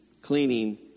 cleaning